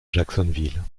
jacksonville